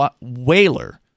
Whaler